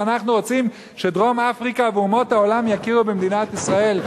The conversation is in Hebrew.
ואנחנו רוצים שדרום-אפריקה ואומות העולם יכירו במדינת ישראל?